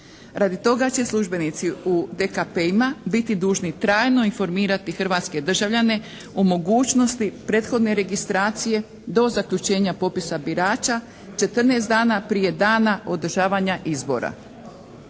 Radi toga će službenici u DKP-ima biti dužni trajno informirati hrvatske državljane o mogućnosti prethodne registracije do zaključenja popisa birača 14 dana prije dana održavanja izbora.